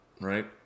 right